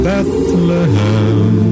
Bethlehem